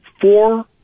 four